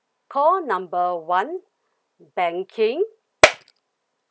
call number one banking